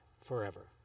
forever